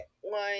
one